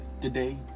today